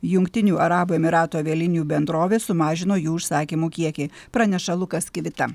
jungtinių arabų emyratų avialinijų bendrovė sumažino jų užsakymų kiekį praneša lukas kivita